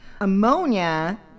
Ammonia